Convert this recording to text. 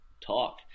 talk